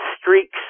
streaks